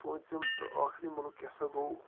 پٲنٛژِم تہٕ آخری مُلُک کیٛاہ سا گوٚو